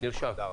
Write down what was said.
תודה רבה.